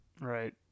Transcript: Right